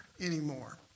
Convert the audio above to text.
anymore